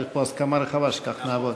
צריך פה הסכמה רחבה שכך נעבוד.